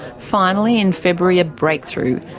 finally, in february, a breakthrough,